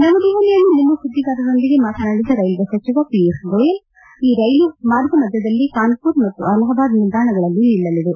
ನವದೆಹಲಿಯಲ್ಲಿ ನಿನ್ನೆ ಸುದ್ದಿಗಾರರೊಂದಿಗೆ ಮಾತನಾಡಿದ ರೈಲ್ಲೆ ಸಚಿವ ಪಿಯೂಷ್ ಗೋಯಲ್ ಈ ರೈಲು ಮಾರ್ಗ ಮಧ್ಯದಲ್ಲಿ ಕಾನ್ಸುರ್ ಮತ್ತು ಅಲಹಾಬಾದ್ ನಿಲ್ದಾಣಗಳಲ್ಲಿ ನಿಲ್ಲಲಿದೆ